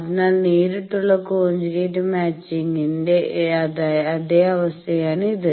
അതിനാൽ നേരിട്ടുള്ള കോഞ്ചുഗേറ്റ് മാച്ചിങ്ങിന്റെ അതേ അവസ്ഥയാണിത്